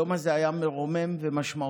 היום הזה היה מרומם ומשמעותי,